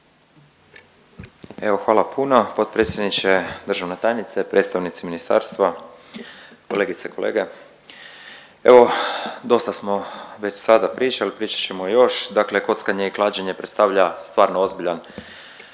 hvala puno. Potpredsjedniče, državna tajnice, predstavnici ministarstva, kolegice i kolege. Evo dosta smo već sada pričali, pričat ćemo još. Dakle, kockanje i klađenje predstavlja stvarno ozbiljan